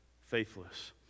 faithless